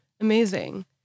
Amazing